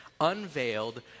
unveiled